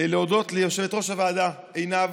להודות ליושבת-ראש הוועדה עינב